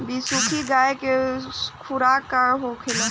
बिसुखी गाय के खुराक का होखे?